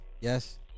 Yes